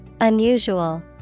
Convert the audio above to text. Unusual